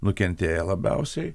nukentėję labiausiai